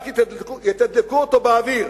רק יתדלקו אותו באוויר.